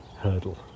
hurdle